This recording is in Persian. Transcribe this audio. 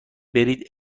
برید